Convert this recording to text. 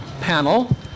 panel